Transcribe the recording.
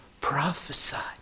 prophesied